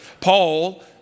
Paul